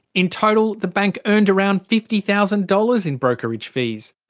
in total the bank earned around fifty thousand dollars in brokerage fees.